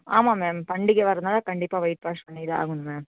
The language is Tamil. ஆமாம் மேம் பண்டிகை வர்றதுனால கண்டிப்பாக ஒயிட் வாஷ் பண்ணி தான் ஆகணும் மேம்